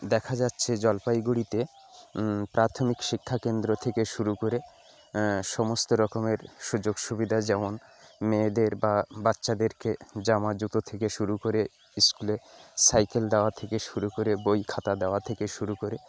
দেখা যাচ্ছে জলপাইগুড়িতে প্রাথমিক শিক্ষা কেন্দ্র থেকে শুরু করে সমস্ত রকমের সুযোগ সুবিধা যেমন মেয়েদের বা বাচ্চাদেরকে জামা জুতো থেকে শুরু করে স্কুলে সাইকেল দাওয়া থেকে শুরু করে বই খাতা দেওয়া থেকে শুরু করে